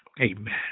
Amen